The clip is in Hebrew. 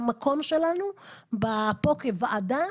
שהמקום שלנו פה כוועדה,